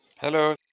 Hello